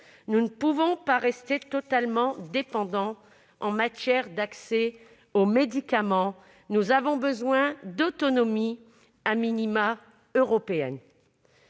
Nous ne pouvons pas rester totalement dépendants en matière d'accès aux médicaments : nous avons besoin d'autonomie, européenne